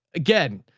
again,